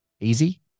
easy